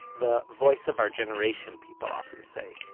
the voice of our generation, people often say,